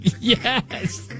Yes